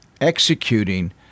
Executing